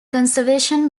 conservation